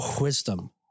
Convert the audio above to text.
wisdom